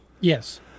Yes